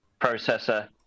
processor